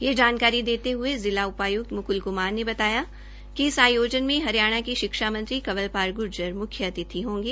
यह जानकारी देते हुए जिला उपायुक्त मुकुल कुमार ने बताया कि इस आयोजन में हरियाणा के शिक्षा मंत्री कंवरपाल गुर्जर मुख्य अतिथि होंगे